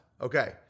Okay